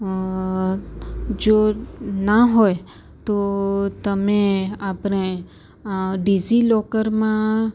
અ જો ન હોય તો તમે આપને ડીજીલોકરમાં